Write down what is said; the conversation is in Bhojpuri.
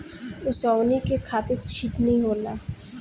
ओसवनी करे खातिर छितनी चाहेला